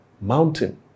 mountain